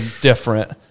different